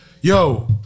Yo